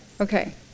Okay